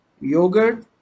yogurt